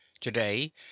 today